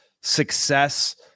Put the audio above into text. success